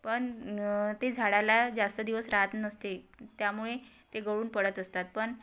पण ते झाडाला जास्त दिवस राहत नसते त्यामुळे ते गळून पडत असतात पण